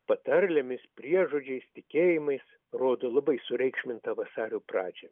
patarlėmis priežodžiais tikėjimais rodo labai sureikšmintą vasario pradžią